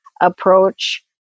approach